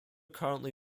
currently